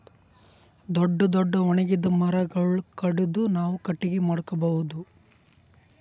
ದೊಡ್ಡ್ ದೊಡ್ಡ್ ಒಣಗಿದ್ ಮರಗೊಳ್ ಕಡದು ನಾವ್ ಕಟ್ಟಗಿ ಮಾಡ್ಕೊಬಹುದ್